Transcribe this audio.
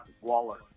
Waller